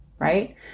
right